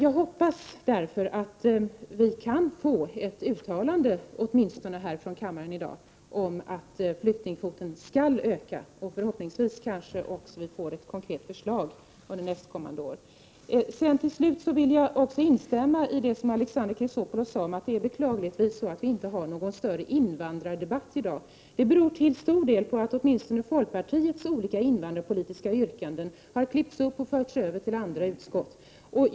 Jag hoppas därför att vi kan få åtminstone ett uttalande här från kammaren i dag om att flyktingkvoten skall öka. Förhoppningsvis kan vi kanske också få ett konkret förslag under nästkommande år. Till slut vill jag instämma i det som Alexander Chrisopoulos sade, att det är beklagligt att vi inte har någon större invandrardebatt i dag. Det beror till stor del på att åtminstone folkpartiets olika invandrarpolitiska yrkanden har klippts ut och förts över till andra utskott.